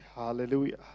Hallelujah